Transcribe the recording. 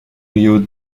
río